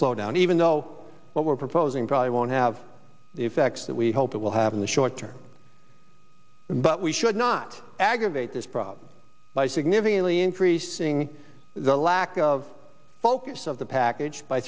slowdown even though what we're proposing probably won't have the effects that we hope it will have in the short term but we should not aggravate this problem by significantly increasing the lack of focus of the package by